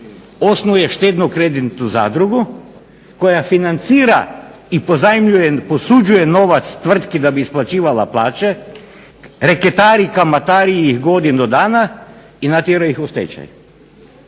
osnuje štedno-kreditnu zadrugu koja financira i pozajmljuje, posuđuje novac tvrtki da bi isplaćivala plaće, reketari i kamatari ih godinu dana i natjeraju ih u stečaj.